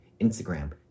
Instagram